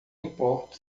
importo